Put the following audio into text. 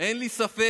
אין לי ספק